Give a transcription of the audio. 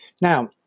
Now